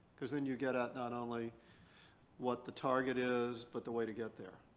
because then you get at not only what the target is, but the way to get there.